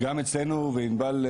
גם אצלנו, וענבל,